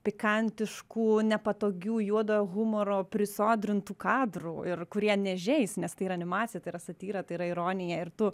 pikantiškų nepatogių juodojo humoro prisodrintų kadrų ir kurie neįžeis nes tai yra animacija tai yra satyra tai yra ironija ir tu